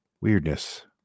Weirdness